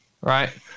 right